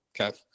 Okay